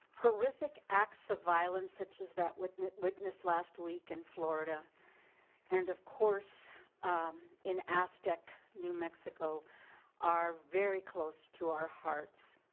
horrific acts of violence such as that witnessed witnessed last week in florida and of course in aztec, new mexico are very close to our hearts.